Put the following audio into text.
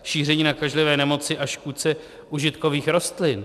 Šíření nakažlivé nemoci a škůdce užitkových rostlin.